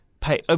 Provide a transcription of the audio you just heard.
pay